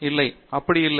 இல்லை அது அப்படி இல்லை